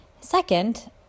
Second